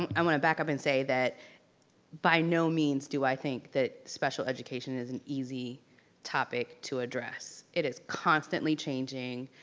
i want to back up and say that by no means do i think that special education is an easy topic to address. it is constantly changing,